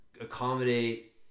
accommodate